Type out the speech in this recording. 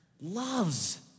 loves